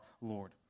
Lord